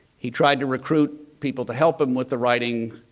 he tried to recruit people to help them with the writing,